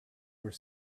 were